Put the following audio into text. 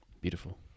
Beautiful